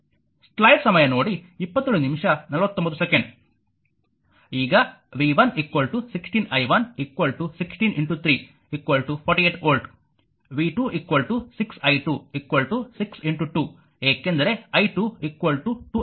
ಈಗ v 1 16 i 1 163 48 volt v 2 6 i2 6 2 ಏಕೆಂದರೆ i2 2 ampere ಆದ್ದರಿಂದ 12 ವೋಲ್ಟ್